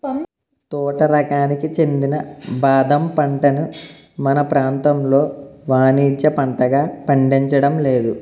తోట రకానికి చెందిన బాదం పంటని మన ప్రాంతంలో వానిజ్య పంటగా పండించడం లేదు